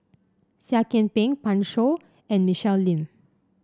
Seah Kian Peng Pan Shou and Michelle Lim